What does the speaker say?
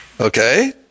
Okay